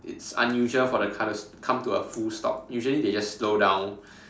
it's unusual for the car to come to a full stop usually they just slow down